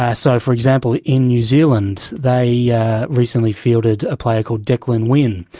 ah so, for example, in new zealand they yeah recently fielded a player called deklan wynne.